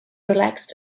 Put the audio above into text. relaxed